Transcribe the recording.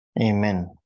Amen